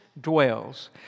dwells